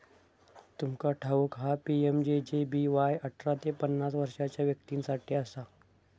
तुमका ठाऊक हा पी.एम.जे.जे.बी.वाय अठरा ते पन्नास वर्षाच्या व्यक्तीं साठी असा